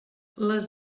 les